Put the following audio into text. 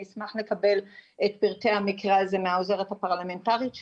אשמח לקבל את פרטי המקרה הזה מהעוזרת הפרלמנטרית שלך,